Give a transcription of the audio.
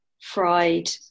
fried